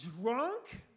drunk